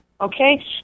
okay